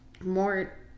more